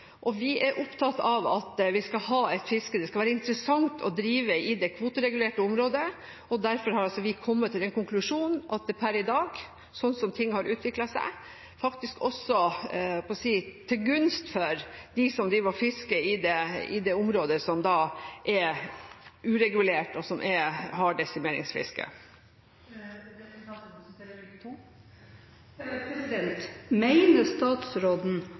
valg. Vi er opptatt av at vi skal ha et fiske som det skal være interessant å drive i det kvoteregulerte området, og derfor har vi kommet til den konklusjonen at det per i dag, slik som det har utviklet seg, faktisk også er til gunst for de som driver og fisker i det området som er uregulert, og som har desimeringsfiske. Mener statsråden at det ikke er